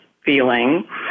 feeling